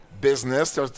business